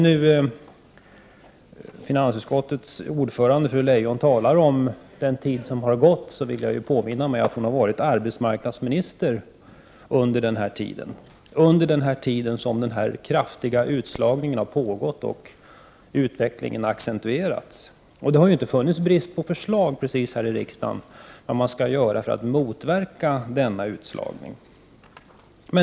När finansutskottets ordförande, fru Leijon, talar om den tid som har gått, vill jag ju påminna om att hon har varit arbetsmarknadsminister under den här tiden. Under den tiden har kraftig utslagning pågått och utvecklingen har accentuerats. Det har inte precis funnits brist på förslag här i riksdagen om vad man skall göra för att motverka denna utslagning.